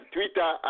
Twitter